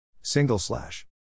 Single-slash